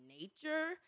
nature